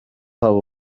haba